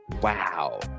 Wow